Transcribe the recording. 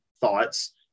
thoughts